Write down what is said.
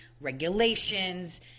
regulations